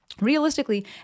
Realistically